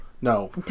No